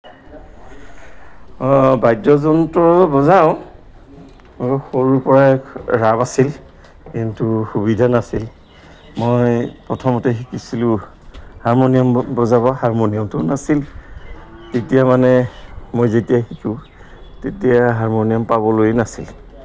বাদ্যযন্ত্ৰ বজাওঁ সৰুৰ পৰাই ৰাপ আছিল কিন্তু সুবিধা নাছিল মই প্ৰথমতে শিকিছিলোঁ হাৰমনিয়াম বজাব হাৰমনিয়ামটো নাছিল তেতিয়া মানে মই যেতিয়া শিকোঁ তেতিয়া হাৰমনিয়াম পাবলৈ নাছিল